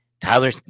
Tyler